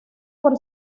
por